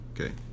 Okay